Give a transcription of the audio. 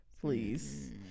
please